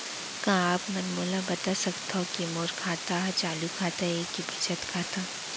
का आप मन मोला बता सकथव के मोर खाता ह चालू खाता ये के बचत खाता?